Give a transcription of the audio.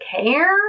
care